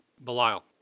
Belial